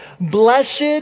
Blessed